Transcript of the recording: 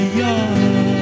young